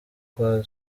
kwa